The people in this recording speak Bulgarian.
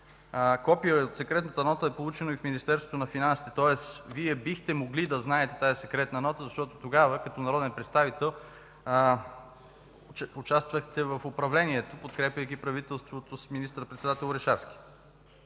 Копие от секретната нота е получено и в Министерството на финансите. Тоест Вие бихте могли да знаете тази секретна нота, защото тогава като народен представител участвахте в управлението, подкрепяйки правителството с министър-председател Орешарски.